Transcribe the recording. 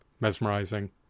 mesmerizing